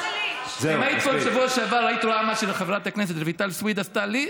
אם היית פה בשבוע שעבר היית רואה מה שחברת הכנסת רויטל סויד עשתה לי,